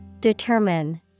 Determine